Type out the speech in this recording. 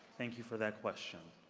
thank you for that question.